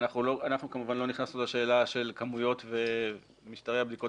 אנחנו כמובן לא נכנסתי לשאלה של כמויות ומשטרי הבדיקות